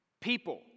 People